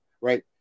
right